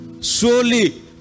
surely